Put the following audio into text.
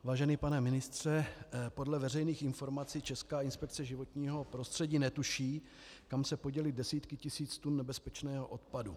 Vážený pane ministře, podle veřejných informací Česká inspekce životního prostředí netuší, kam se poděly desítky tisíc tun nebezpečného odpadu.